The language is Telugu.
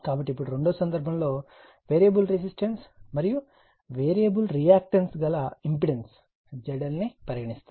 కాబట్టి ఇప్పుడు రెండవ సందర్భంలో వేరియబుల్ రెసిస్టెన్స్ మరియు వేరియబుల్ రియాక్టన్స్ గల ఇంపెడెన్స్ ZL ని పరిగణిస్తాము